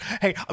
Hey